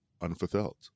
unfulfilled